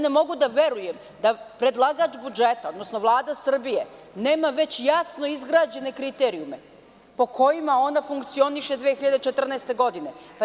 Ne mogu da verujem da predlagač budžeta, odnosno Vlada Srbije, nema već jasno izgrađene kriterijume po kojima ona funkcioniše 2014. godine.